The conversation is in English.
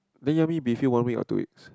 then you want me be filled one week or two weeks